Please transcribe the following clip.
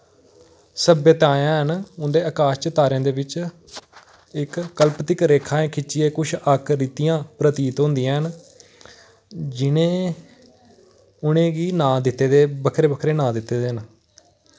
सभ्यतां हैन उंदे अकाश च तारेआं दे बिच इक कल्पित रेखाएं खिच्चियै कुछ आकृतियां प्रतीत होंदियां न जि'नें उ'नें गी नांऽ दित्ते दे बक्खरे बक्खरे नांऽ दित्ते दे न